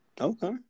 Okay